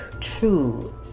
true